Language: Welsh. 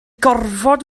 gorfod